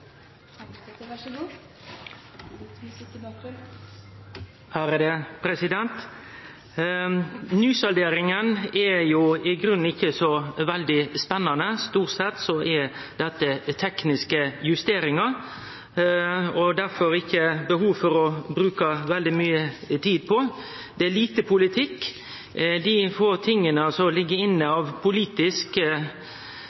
Nysalderinga er i grunnen ikkje så veldig spennande. Stort sett er dette tekniske justeringar, og derfor er det ikkje behov for å bruke veldig mykje tid på det. Det er lite politikk. Dei få tinga som ligg inne